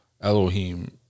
elohim